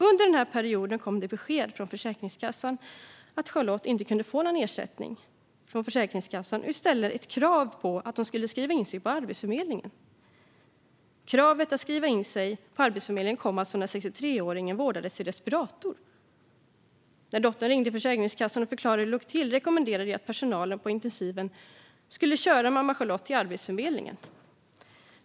Under den här perioden kom det besked från Försäkringskassan om att Charlotte inte skulle få någon ersättning därifrån. I stället fick hon ett krav om att skriva in sig på Arbetsförmedlingen. Detta krav kom när 63-åringen vårdades i respirator. När dottern ringde till Försäkringskassan och förklarade hur det låg till rekommenderade de att personalen på intensiven skulle köra mamma Charlotte till Arbetsförmedlingen.